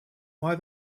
why